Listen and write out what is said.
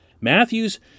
Matthews